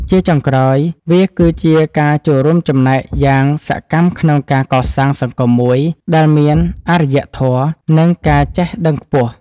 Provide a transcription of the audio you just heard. ជាចុងក្រោយ វាគឺជាការចូលរួមចំណែកយ៉ាងសកម្មក្នុងការកសាងសង្គមមួយដែលមានអារ្យធម៌ និងការចេះដឹងខ្ពស់។